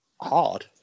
hard